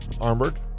armored